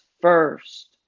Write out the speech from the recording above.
first